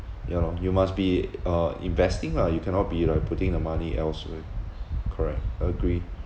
ya lor you must be uh investing lah you cannot be like putting the money elsewhere correct agree